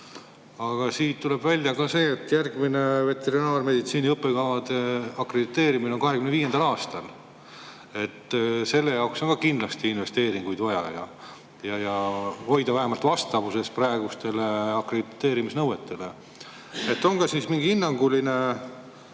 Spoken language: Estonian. Aga siit tuleb välja ka see, et järgmine veterinaarmeditsiini õppekavade akrediteerimine on 2025. aastal. Selle jaoks on ka kindlasti investeeringuid vaja ja need tuleb hoida vähemalt vastavuses praeguste akrediteerimisnõuetega. Kas siis on tehtud